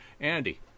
andy